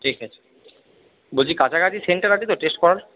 ঠিক আছে বলছি কাছাকাছি সেন্টার আছে তো টেস্ট করার